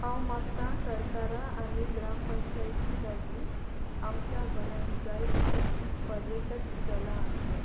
हांव मागतां सरकारा आनी ग्राम पंचायती लागीं आमच्या गोंयांत जायतीं पर्यटक स्थळां आसात